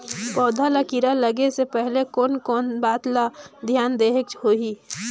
पौध ला कीरा लगे से पहले कोन कोन बात ला धियान देहेक होही?